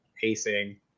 pacing